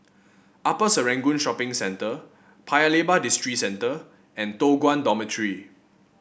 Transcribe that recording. Upper Serangoon Shopping Centre Paya Lebar Districentre and Toh Guan Dormitory